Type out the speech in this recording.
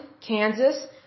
Kansas